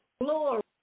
glory